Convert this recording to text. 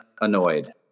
annoyed